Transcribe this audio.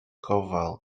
gofal